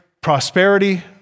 prosperity